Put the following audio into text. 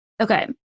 Okay